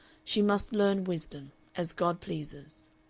she must learn wisdom as god pleases.